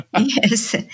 Yes